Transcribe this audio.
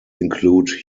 include